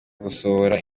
gusohora